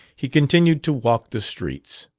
he continued to walk the streets.